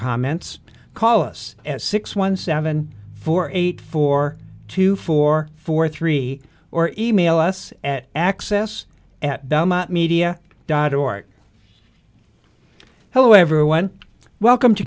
comments call us at six one seven four eight four two four four three or email us at access at belmont media dot org hello everyone welcome to